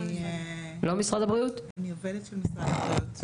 אני עובדת של משרד הבריאות.